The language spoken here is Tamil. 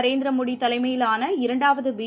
நரேந்திரமோடிதலைமையிலான இரண்டாவது பி